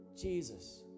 Jesus